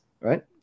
right